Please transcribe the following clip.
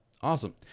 Awesome